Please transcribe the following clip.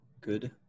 good